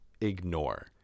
ignore